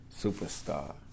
Superstar